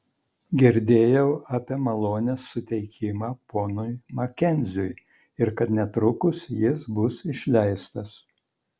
girdėjau apie malonės suteikimą ponui makenziui ir kad netrukus jis bus išleistas